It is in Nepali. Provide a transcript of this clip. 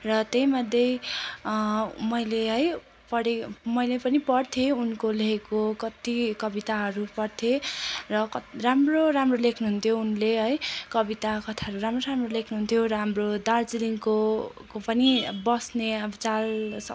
र त्यहीमध्ये मैले है पढेँ मैले पनि पढ्थेँ उनको लेखेको कत्ति कविताहरू पढ्थेँ र कति राम्रो राम्रो लेख्नुहुन्थ्यो उनले है कविता कथाहरू राम्रो राम्रो लेख्नुहुन्थ्यो र हाम्रो दार्जिलिङको को पनि बस्ने अब चाल